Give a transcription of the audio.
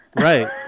Right